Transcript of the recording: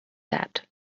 that